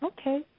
Okay